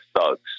thugs